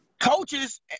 Coaches